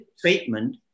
treatment